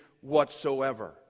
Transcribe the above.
whatsoever